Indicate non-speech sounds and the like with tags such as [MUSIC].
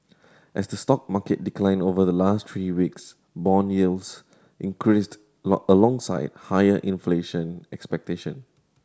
as the stock market declined over the last three weeks bond yields increased [UNINTELLIGIBLE] alongside higher inflation expectation